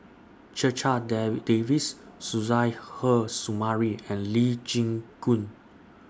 Checha Davies Suzairhe Sumari and Lee Chin Koon